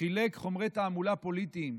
חילק חומרי תעמולה פוליטיים,